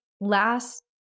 last